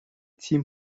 تیم